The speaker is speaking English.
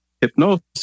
hypnosis